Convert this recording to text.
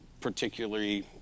particularly